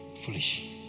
Foolish